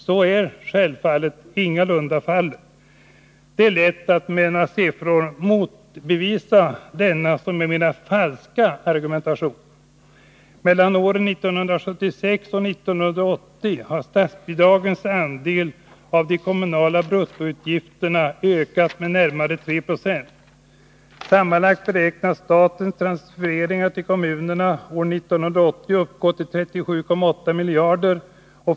Så är naturligtvis ingalunda fallet. Det är lätt att med några siffror motbevisa denna falska argumentation. Mellan åren 1976 och 1980 har statsbidragens andel av de kommunala bruttoutgifterna ökat med närmare 3 procentenheter. Sammanlagt beräknas statens transfereringar till kommunerna år 1980 uppgå till 37,8 miljarder.